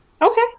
Okay